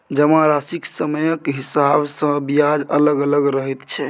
जमाराशिक समयक हिसाब सँ ब्याज अलग अलग रहैत छै